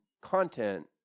content